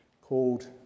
called